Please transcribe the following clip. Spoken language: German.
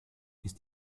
ist